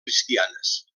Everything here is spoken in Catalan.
cristianes